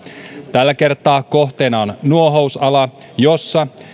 tällä kertaa kohteena on nuohousala jolla